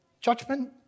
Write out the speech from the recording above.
Judgment